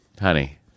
honey